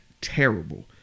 terrible